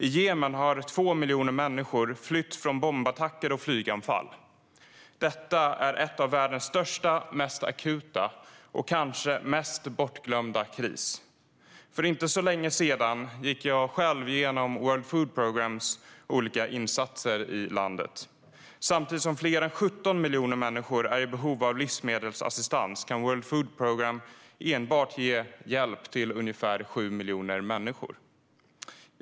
I Jemen har 2 miljoner människor flytt från bombattacker och flyganfall. Detta är en av världens största, mest akuta kriser och kanske dess mest bortglömda kris. För inte så länge sedan gick jag själv igenom World Food Programmes olika insatser i landet. Samtidigt som fler än 17 miljoner människor är i behov av livsmedelsassistans kan World Food Programme endast ge hjälp till ungefär 7 miljoner människor.